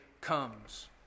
comes